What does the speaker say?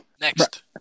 Next